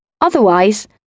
Otherwise